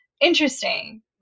interesting